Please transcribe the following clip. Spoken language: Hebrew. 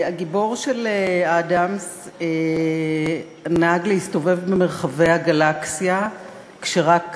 הגיבור של אדאמס נהג להסתובב במרחבי הגלקסיה כשרק